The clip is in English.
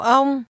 ông